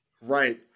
right